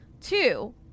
Two